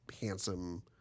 handsome